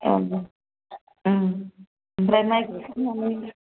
ओं दे उमफ्राय माइ दिहुननानै